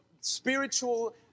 spiritual